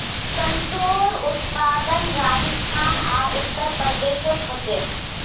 सर्सोंर उत्पादन राजस्थान आर उत्तर प्रदेशोत होचे